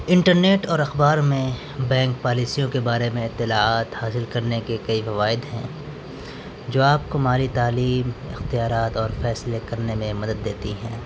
internet اور اخبار میں بینک پالیسیوں کے بارے میں اطلاعات حاصل کرنے کے کئی فوائد ہیں جو آپ کو ماری تعلیم اختیارات اور فیصلے کرنے میں مدد دیتی ہیں